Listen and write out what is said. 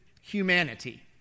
humanity